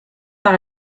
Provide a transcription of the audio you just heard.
par